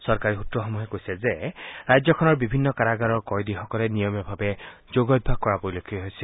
চৰকাৰী সূত্ৰসমূহে কৈছে যে ৰাজ্যখনৰ বিভিন্ন কাৰাগাৰৰ কয়দীসকলে নিয়মীয়াভাৱে যোগভ্যাস কৰা পৰিলক্ষিত হৈছে